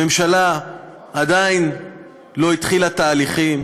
הממשלה עדיין לא התחילה תהליכים,